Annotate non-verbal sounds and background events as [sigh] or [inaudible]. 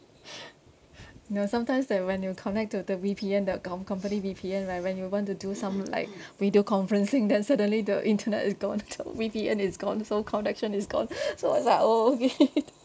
[breath] you know sometimes that when you connect to the V_P_N dot com company V_P_N right when you want to do some like [breath] video conferencing then suddenly the internet is gone V_P_N is gone so connection is gone [breath] so it's like oh man [laughs]